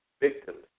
victims